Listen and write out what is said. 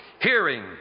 Hearing